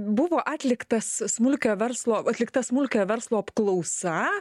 buvo atliktas smulkiojo verslo atlikta smulkiojo verslo apklausa